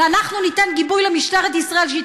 ואנחנו ניתן גיבוי למשטרת ישראל שהיא